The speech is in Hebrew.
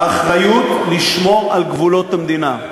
האחריות לשמור על גבולות המדינה,